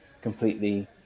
completely